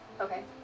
Okay